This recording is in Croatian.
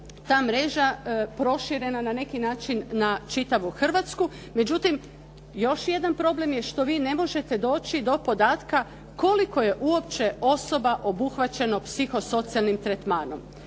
ta mreža proširena na neki način na čitavu Hrvatsku. Međutim, još jedan problem je što vi ne možete doći do podatka koliko je uopće osoba obuhvaćeno psihosocijalnim tretmanom,